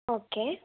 okay